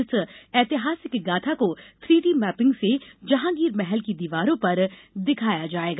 इस ऐतिहासिक गाथा को थ्रीडी मैपिंग से जहांगीर महल की दीवारों पर दिखाया जायेगा